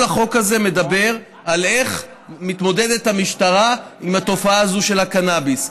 כל החוק הזה מדבר על איך מתמודדת המשטרה עם התופעה הזאת של הקנאביס.